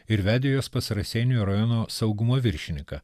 ir vedė juos pas raseinių rajono saugumo viršininką